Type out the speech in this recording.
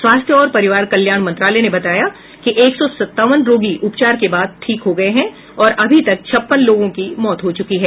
स्वास्थ्य और परिवार कल्याण मंत्रालय ने बताया कि एक सौ सत्तावन रोगी उपचार के बाद ठीक हो गए हैं और अभी तक छप्पन लोगों की मौत हो चुकी है